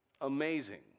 amazing